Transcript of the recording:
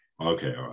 Okay